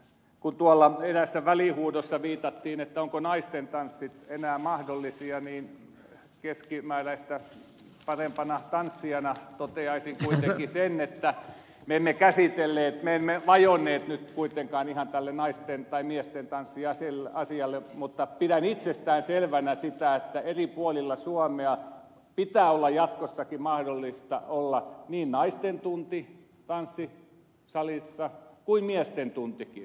kun tuolla eräässä välihuudossa viitattiin ovatko naistentanssit enää mahdollisia niin keskimääräistä parempana tanssijana toteaisin kuitenkin sen että me emme käsitelleet tätä naisten tai miestentanssiasiaa me emme vajonneet nyt kuitenkaan ihan sille tasolle mutta pidän itsestäänselvänä sitä että eri puolilla suomea pitää olla jatkossakin mahdollista tanssisalissa olla niin naisten tunti kuin miesten tuntikin